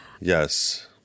yes